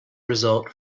result